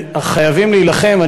חייבים להילחם.